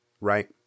right